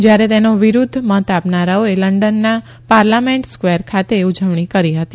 જયારે તેનો વિરુધ્ધ મત આપનારાઓએ લંડનના પાર્લામેન્ટ સ્કવેર ખાતે ઉજવણી કરી હતી